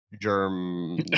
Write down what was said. germ